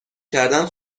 کردن